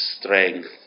strength